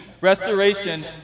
restoration